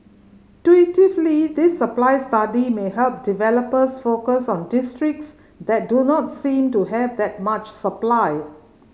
this supply study may help developers focus on districts that do not seem to have that much supply